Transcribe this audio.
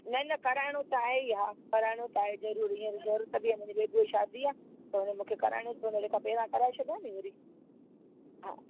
न न कराइणो त आहे ई आहे कराइणो त आहे ज़रूरी तॾहिं हेन बेबूअ जी शादी आहे त हुन मूंखे कराइणो पवंदो हिन खां पहिरियों कराए छॾियां नी वरी हा